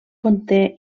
conté